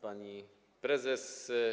Pani Prezes!